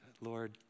Lord